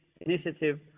initiative